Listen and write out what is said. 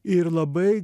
ir labai